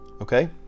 okay